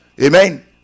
Amen